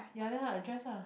ya then how address ah